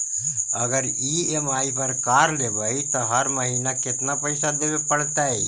अगर ई.एम.आई पर कार लेबै त हर महिना केतना पैसा देबे पड़तै?